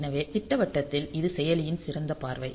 எனவே திட்டவட்டத்தில் இது செயலியின் சிறந்த பார்வை